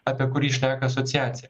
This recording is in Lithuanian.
apie kurį šneka asociacija